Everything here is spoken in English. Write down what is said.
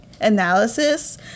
analysis